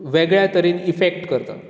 वेगळ्या तरेन इफेक्ट करता